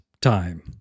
time